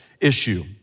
issue